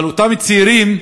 אבל אותם צעירים,